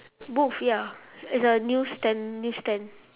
booth ya it's a news stand news stand